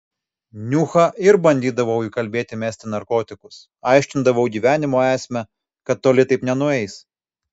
niuchą ir bandydavau įkalbėti mesti narkotikus aiškindavau gyvenimo esmę kad toli taip nenueis